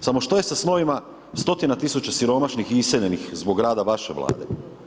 samo što je s snovima stotina tisuća siromašnih i iseljenih zbog rada vaše vlade?